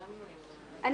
בבקשה.